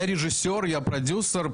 הייתי מוכן לחכות חצי שנה, שנה.